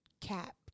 cap